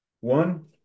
One